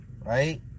Right